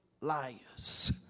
liars